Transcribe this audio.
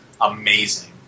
amazing